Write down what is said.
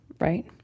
right